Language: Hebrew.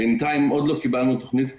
בינתיים עוד לא קיבלנו תוכנית כזו.